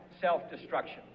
self-destruction